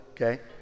okay